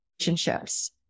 relationships